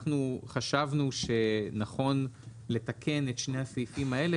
אנחנו חשבנו שנכון לתקן את שני הסעיפים האלה.